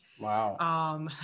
Wow